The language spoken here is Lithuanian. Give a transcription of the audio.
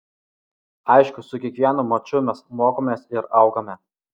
aišku su kiekvienu maču mes mokomės ir augame